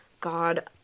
God